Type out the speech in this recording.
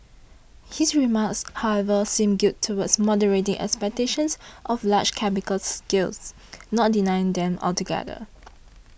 his remarks however seem geared towards moderating expectations of large capital gains not denying them altogether